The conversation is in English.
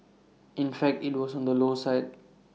in fact IT was on the low side